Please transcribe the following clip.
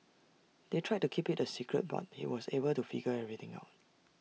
they tried to keep IT A secret but he was able to figure everything out